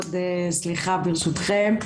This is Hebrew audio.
ברשותכם,